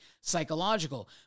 psychological